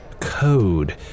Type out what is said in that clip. code